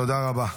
תודה רבה.